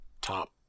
top